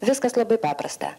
viskas labai paprasta